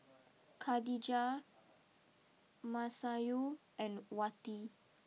Khadija Masayu and Wati